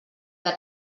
que